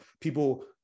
people